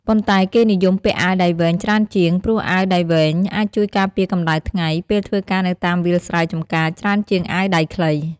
ប៉ុន្តែគេនិយមពាក់អាវដៃវែងច្រើនជាង ព្រោះអាវដៃវែងអាចជួយការពារកម្តៅថ្ងៃ ពេលធ្វើការនៅតាមវាលស្រែចំការច្រើនជាងអាវដៃខ្លី។